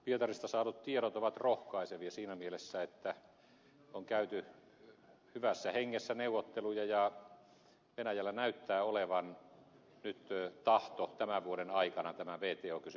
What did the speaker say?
pietarista saadut tiedot ovat rohkaisevia siinä mielessä että on käyty hyvässä hengessä neuvotteluja ja venäjällä näyttää olevan nyt tahto tämän vuoden aikana tämä wto kysymys ratkaista